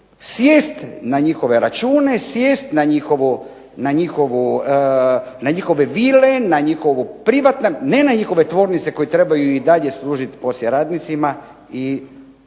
sjest na njihove račune, sjest na njihove vile, na njihovo privatno. Ne na njihove tvornice koje trebaju i dalje služiti poslije radnicima i to